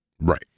Right